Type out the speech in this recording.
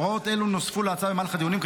הוראות אלה נוספו להצעה במהלך הדיונים.